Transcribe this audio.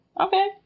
Okay